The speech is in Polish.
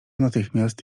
natychmiast